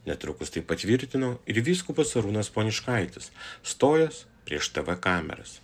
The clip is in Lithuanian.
netrukus tai patvirtino ir vyskupas arūnas poniškaitis stojęs prieš kameras